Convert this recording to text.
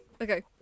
Okay